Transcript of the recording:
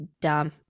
dumb